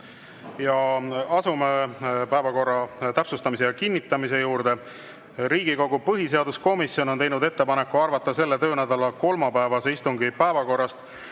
32. Asume päevakorra täpsustamise ja kinnitamise juurde. Riigikogu põhiseaduskomisjon on teinud ettepaneku arvata selle töönädala kolmapäevase istungi päevakorrast